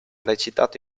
recitato